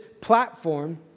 platform